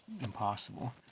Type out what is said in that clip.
impossible